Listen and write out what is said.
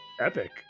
epic